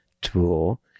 tool